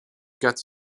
gets